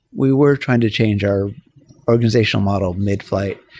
we were trying to change our organization model mid-flight.